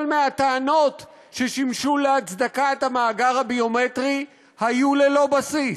מהטענות ששימשו להצדקת המאגר הביומטרי היו ללא בסיס.